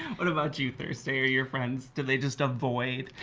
what about you, thursday? are your friends do they just avoid?